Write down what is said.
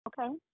okay